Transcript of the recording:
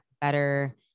better